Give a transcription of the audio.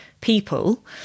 people